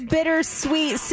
Bittersweet